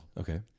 Okay